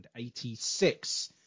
186